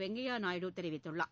வெங்கையா நாயுடு தெரிவித்துள்ளார்